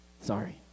Sorry